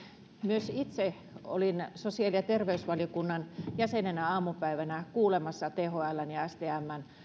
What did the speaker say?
myös itse olin sosiaali ja terveysvaliokunnan jäsenenä aamupäivällä kuulemassa thln ja stmn